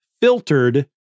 filtered